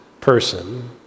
person